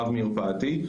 רב-מרפאתי.